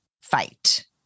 fight